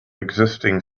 existing